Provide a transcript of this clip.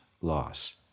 loss